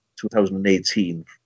2018